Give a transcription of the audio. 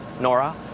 Nora